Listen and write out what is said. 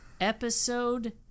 Episode